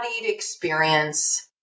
experience